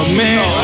man